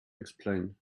explain